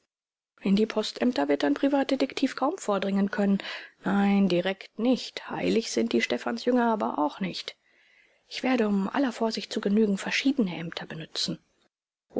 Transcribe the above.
in die postämter wird ein privatdetektiv kaum vordringen können nein direkt nicht heilig sind die stephansjünger aber auch nicht ich werde um aller vorsicht zu genügen verschiedene ämter benützen